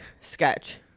sketch